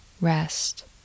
rest